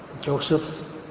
Joseph